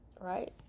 right